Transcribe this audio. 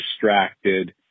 distracted